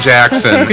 Jackson